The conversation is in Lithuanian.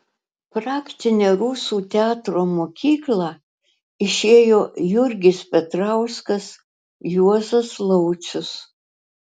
praktinę rusų teatro mokyklą išėjo jurgis petrauskas juozas laucius